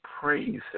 praise